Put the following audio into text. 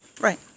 Right